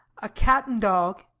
a cat and dog,